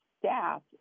staff